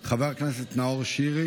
חבר הכנסת נאור שירי.